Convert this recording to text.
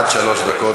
עד שלוש דקות, בבקשה.